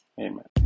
amen